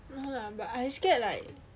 no lah but I scared like